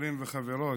חברים וחברות,